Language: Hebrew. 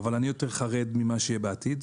אבל אני יותר חרד ממה שיהיה בעתיד,